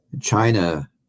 China